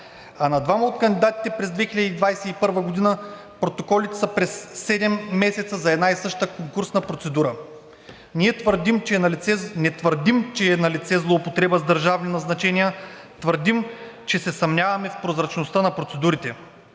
а на двама от кандидатите през 2021 г. протоколите са през седем месеца за една и съща конкурсна процедура. Не твърдим, че е налице злоупотреба с държавни назначения – твърдим, че се съмняваме в прозрачността на процедурите.